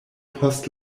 post